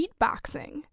beatboxing